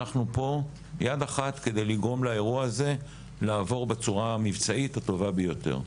אנחנו פה יד אחת כדי לגרום לאירוע הזה לעבור בצורה המבצעית הטובה ביותר,